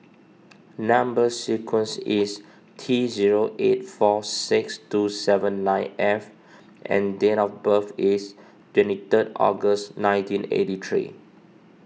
Number Sequence is T zero eight four six two seven nine F and date of birth is twenty third August nineteen eighty three